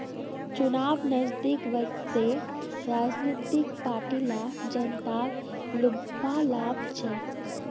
चुनाव नजदीक वस त राजनीतिक पार्टि ला जनताक लुभव्वा लाग छेक